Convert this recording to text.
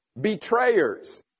betrayers